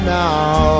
now